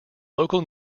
local